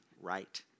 right